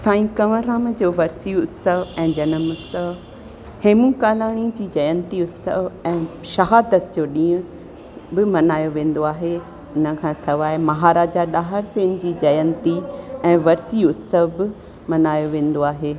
साईं कंवरराम जो वर्सी उत्सव ऐं जनम उत्सव हेमू कालाणी जी जयंती उत्सव ऐं शहादत जो ॾींहुं बि मल्हायो वेंदो आहे उन खां सवाइ महाराजा ॾाहर सिंग जी जयंती ऐं वर्सी उत्सव बि मल्हायो वेंदो आहे